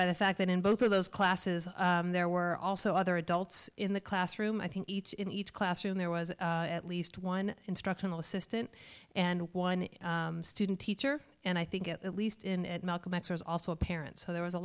by the fact that in both of those classes there were also other adults in the classroom i think each in each classroom there was at least one instructional assistant and one student teacher and i think at least in malcolm x was also a parent so there was a